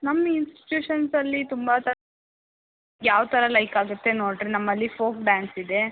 ನಮ್ಮ ಇನ್ಸ್ಟಿಟ್ಯೂಷನ್ಸಲ್ಲಿ ತುಂಬ ತ ಯಾವ ಥರ ಲೈಕ್ ಆಗುತ್ತೆ ನೋಡಿರಿ ನಮ್ಮಲ್ಲಿ ಫೋಕ್ ಡ್ಯಾನ್ಸ್ ಇದೆ